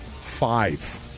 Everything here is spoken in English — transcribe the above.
Five